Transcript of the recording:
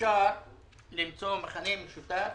אפשר למצוא מכנה משותף